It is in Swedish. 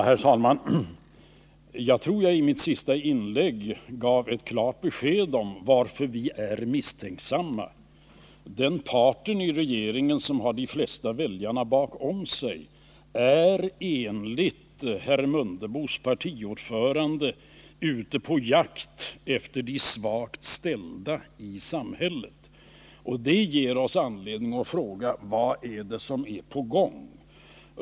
Herr talman! Jag tror att jag i mitt huvudanförande gav klart besked om varför vi är misstänksamma. Den part i regeringen som har de flesta väljarna bakom sig är enligt herr Mundebos partiordförande ute på jakt efter de svaga i samhället. Det ger oss anledning att fråga: Vad är det som är på gång?